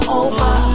over